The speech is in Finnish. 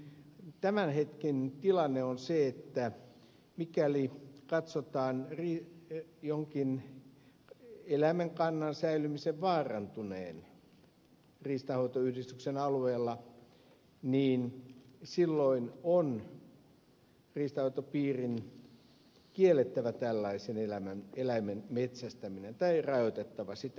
tämän hetken tilanne on se että mikäli katsotaan jonkin eläimen kannan säilymisen vaarantuneen riistanhoitoyhdistyksen alueella niin silloin on riistanhoitopiirin kiellettävä tällaisen eläimen metsästäminen tai rajoitettava sitä